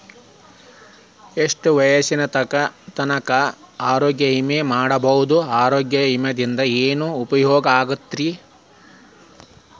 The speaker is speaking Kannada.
ಎಷ್ಟ ವಯಸ್ಸಿನ ತನಕ ಆರೋಗ್ಯ ವಿಮಾ ಮಾಡಸಬಹುದು ಆರೋಗ್ಯ ವಿಮಾದಿಂದ ಏನು ಉಪಯೋಗ ಆಗತೈತ್ರಿ?